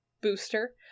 booster